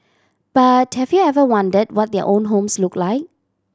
but have you ever wondered what their own homes look like